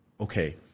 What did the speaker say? okay